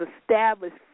established